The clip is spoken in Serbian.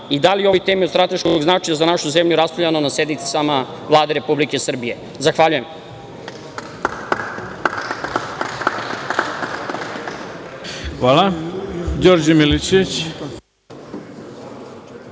i da li o ovoj temi od strateškog značaja za našu zemlju je raspravljano na sednicama Vlade Republike Srbije? Zahvaljujem.